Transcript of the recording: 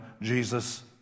Jesus